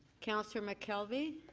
councillor mckelvie.